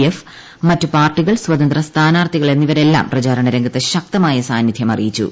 F മറ്റുപാർട്ടികൾ സ്വതന്ത്ര സ്ഥാനാർത്ഥികൾ എന്നിവരെല്ലാം പ്രചാരണ രംഗത്ത് ശക്തമായ സാന്നിധ്യം അറിയിച്ചു